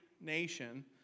nation